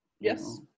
Yes